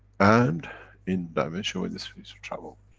and in dimension where it's fit to travel.